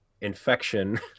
infection